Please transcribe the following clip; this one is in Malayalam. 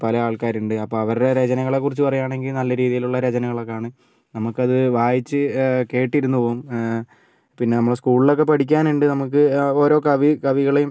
പല ആൾക്കാരുണ്ട് അപ്പം അവരുടെ രചനകളെ കുറിച്ച് പറയുകയാണെങ്കിൽ നല്ല രീതിയിലുള്ള രചനകളൊക്കെ ആണ് നമുക്കത് വായിച്ച് കേട്ടിരുന്നുപോകും പിന്നെ നമുക്ക് സ്കൂളിലൊക്കെ പഠിക്കാനുണ്ട് നമുക്ക് ഓരോ കവി കവികളെയും